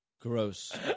Gross